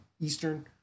Eastern